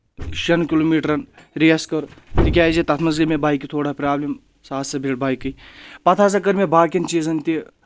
شؠن کِلوٗمیٖٹرن ریس کٔر تِکیازِ تتھ منٛز گٔے مےٚ بایکہِ تھوڑا پرابلم سُہ ہسا بیٚٹھ بایکٕے پتہٕ ہسا کٔر مےٚ باقین چیٖزن تہِ